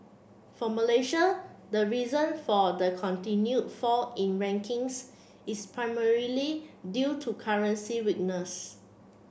for Malaysia the reason for the continued fall in rankings is primarily due to currency weakness